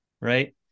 right